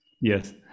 Yes